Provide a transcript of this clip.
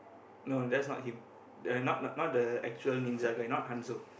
no that's not him the not not the actual ninja guy not Hanzo